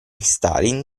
stalin